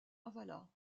avala